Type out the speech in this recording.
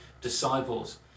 disciples